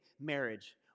marriage